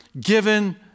given